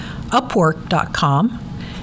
upwork.com